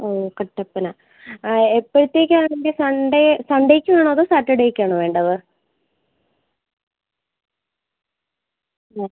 ഓ കട്ടപ്പന എപ്പോഴത്തേക്കാണ് വേണ്ടത് സൺഡേ സൺഡേയ്ക്കു വേണോ അതോ സാറ്റർഡേയ്ക്ക് ആണോ വേണ്ടത് ആ